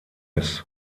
ice